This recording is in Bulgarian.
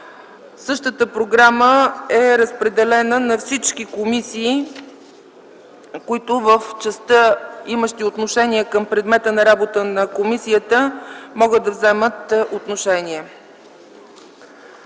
Същата програма е разпределена на всички комисии, които в частта, имащи отношение към предмета на работа на комисията, могат да вземат отношение.